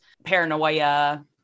paranoia